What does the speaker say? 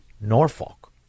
Norfolk